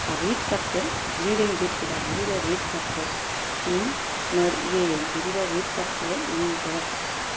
ᱟᱨ ᱨᱤᱫ ᱠᱟᱛᱮᱜ ᱫᱷᱤᱨᱤ ᱨᱤᱧ ᱨᱤᱫ ᱠᱮᱫᱟ ᱫᱷᱤᱨᱤ ᱨᱮ ᱨᱤᱫ ᱠᱟᱛᱮᱜ ᱤᱧ ᱤᱭᱟᱹᱭᱟᱹᱧ ᱤᱧ ᱫᱷᱤᱨᱤ ᱨᱮ ᱨᱤᱫ ᱠᱟᱛᱮᱜ ᱤᱧᱤᱧ ᱫᱚᱦᱚ ᱠᱟᱜᱼᱟ